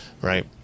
right